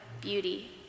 beauty